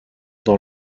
dans